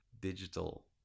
digital